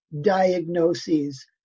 diagnoses